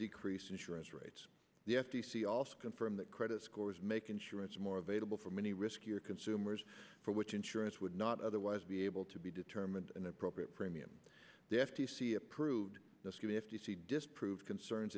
decrease insurance rates the f t c also confirm that credit scores make insurance more available for many riskier consumers for which insurance would not otherwise be able to be determined an appropriate premium the f t c approved the f t c disprove concerns